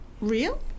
real